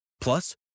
Plus